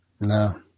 No